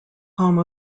home